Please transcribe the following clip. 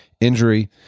injury